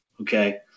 okay